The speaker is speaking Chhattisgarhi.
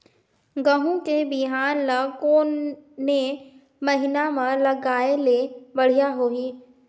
गहूं के बिहान ल कोने महीना म लगाय ले बढ़िया होही?